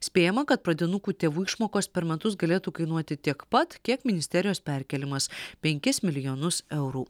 spėjama kad pradinukų tėvų išmokos per metus galėtų kainuoti tiek pat kiek ministerijos perkėlimas penkis milijonus eurų